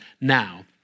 now